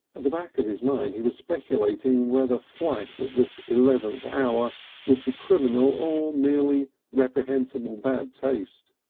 at the back of his mind he was speculating whether flight at this eleventh hour would be criminal or merely reprehensible bad taste.